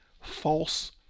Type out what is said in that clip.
false